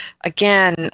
again